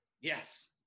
Yes